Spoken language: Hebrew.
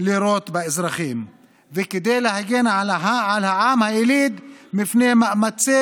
לירות באזרחים וכדי להגן על העם היליד מפני מאמצי